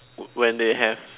when when they have